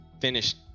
finished